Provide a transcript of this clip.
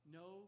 no